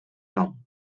nom